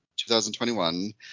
2021